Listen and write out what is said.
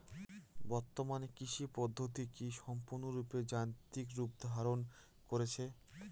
বর্তমানে কৃষি পদ্ধতি কি সম্পূর্ণরূপে যান্ত্রিক রূপ ধারণ করেছে?